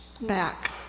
back